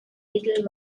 little